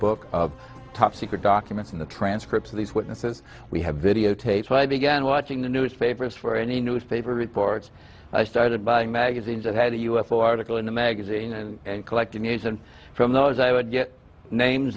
book of top secret documents in the transcripts of these witnesses we have videotapes i began watching the newspapers for any newspaper reports i started buying magazines that had a u f o article in the magazine and collecting names and from those i would get names